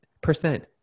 Percent